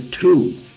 two